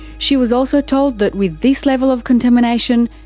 she was also told that with this level of contamination,